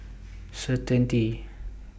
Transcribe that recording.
Certainty